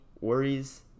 worries